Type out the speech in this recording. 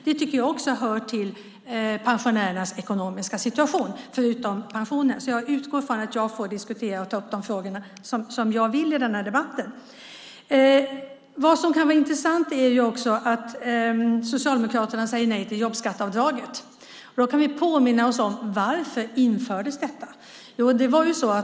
Det hör också till pensionärernas ekonomiska situation, förutom pensionerna. Jag utgår från att jag får diskutera och ta upp de frågor som jag vill i denna debatt. Socialdemokraterna säger nej till jobbskatteavdraget. Låt oss påminna oss om varför det infördes.